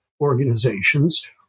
organizations